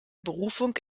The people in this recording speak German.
berufung